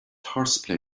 horseplay